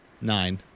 Nine